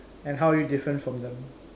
uh and how are you different from them